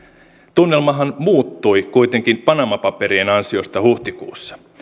tunnelmahan muuttui kuitenkin panama paperien ansiosta huhtikuussa